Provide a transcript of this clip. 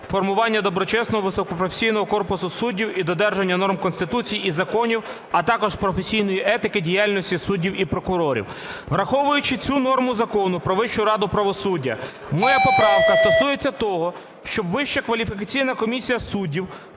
доброчесного ,високопрофесійного корпусу суддів і додержання норм Конституції і законів, а також професійної етики в діяльності суддів і прокурорів. Враховуючи цю норму Закону "Про Вищу раду правосуддя", моя поправка стосується того, щоб Вища кваліфікаційна комісія суддів